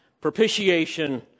propitiation